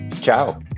Ciao